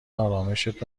آرامِشت